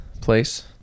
place